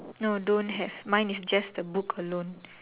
no don't have mine is just the book alone